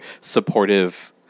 supportive